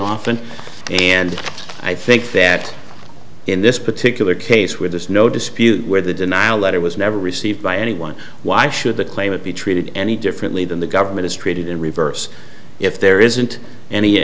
often and i think that in this particular case where there is no dispute where the denial letter was never received by anyone why should the claimant be treated any differently than the government is treated in reverse if there isn't any